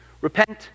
Repent